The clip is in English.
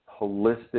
holistic